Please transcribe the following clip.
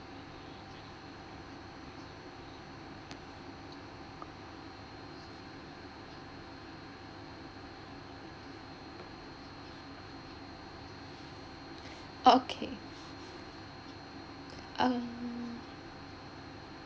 oh okay um